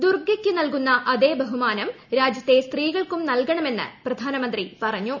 ദുർഗയ്ക്ക് നൽകുന്ന അതേ ബഹുമാനം രാജ്യത്തെ സ്ത്രീകൾക്കും നൽകണമെന്ന് പ്രധാനമന്ത്രി പറഞ്ഞു